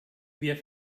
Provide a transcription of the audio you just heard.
wir